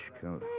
coat